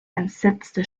entsetzte